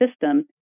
system